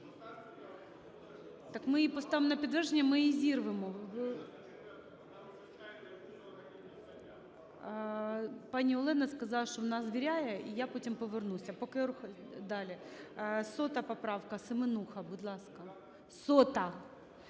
Так ми її поставимо на підтвердження і ми її зірвемо. Пані Олена сказала, що вона звіряє і я потім повернуся. Поки рухаємося далі. 100 поправка. Семенуха, будь ласка. 100-а.